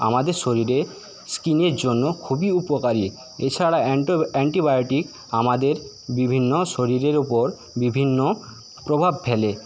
আমাদের শরীরে স্কিনের জন্য খুবই উপকারী এছাড়া অ্যান্ট অ্যান্টিবায়োটিক আমাদের বিভিন্ন শরীরের ওপর বিভিন্ন প্রভাব ফেলে